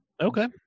okay